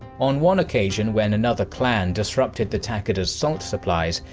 on one occasion when another clan disrupted the takeda's salt supplies,